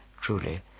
truly